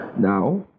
Now